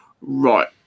right